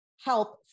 help